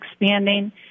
expanding